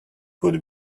would